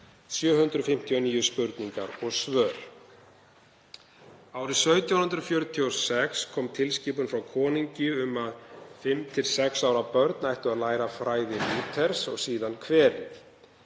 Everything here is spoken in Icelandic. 759 spurningar og svör. Árið 1746 kom tilskipun frá konungi um að fimm til sex ára börn ættu að læra fræði Lúthers og síðar kverið.